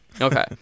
Okay